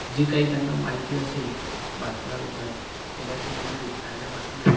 जी काही त्यांना माहिती असेल बातम्याबद्दल खेळाशी निगडित ताज्या बातम्या